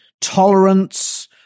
tolerance